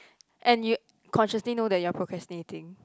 and you consciously know that you're procrastinating